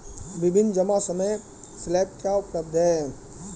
विभिन्न जमा समय स्लैब क्या उपलब्ध हैं?